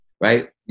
right